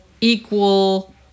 equal